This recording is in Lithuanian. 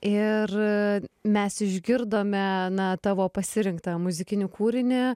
ir mes išgirdome na tavo pasirinktą muzikinį kūrinį